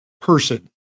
person